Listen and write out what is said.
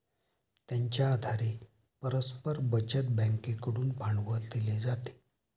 त्यांच्या आधारे परस्पर बचत बँकेकडून भांडवल दिले जाते